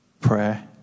prayer